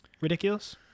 ridiculous